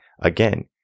again